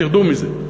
תרדו מזה.